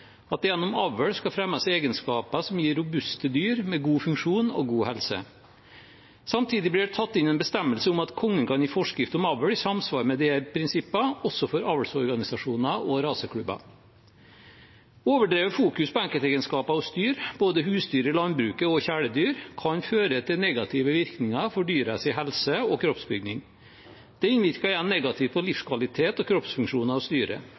at det gjennom avl skal fremmes egenskaper som gir robuste dyr med god funksjon og god helse. Samtidig blir det tatt inn en bestemmelse om at Kongen kan gi forskrift om avl i samsvar med disse prinsippene, også for avlsorganisasjoner og raseklubber. Å fokusere i overdreven grad på enkeltegenskaper hos dyr, både husdyr i landbruket og kjæledyr, kan føre til negative virkninger for dyrenes helse og kroppsbygning. Det innvirker igjen negativt på livskvalitet og kroppsfunksjoner